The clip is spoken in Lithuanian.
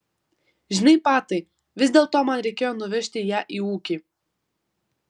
žinai patai vis dėlto man reikėjo nuvežti ją į ūkį